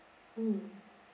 mm